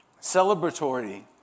celebratory